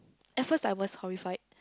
at first I was horrified